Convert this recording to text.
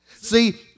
See